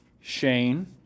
Shane